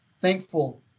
thankful